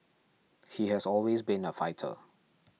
he has always been a fighter